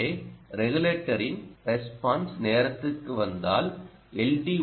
ஆகவே ரெகுலேட்டரின் ரெஸ்பான்ஸ் நேரத்திற்கு வந்தால் எல்